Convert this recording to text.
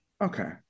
Okay